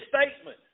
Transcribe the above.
statement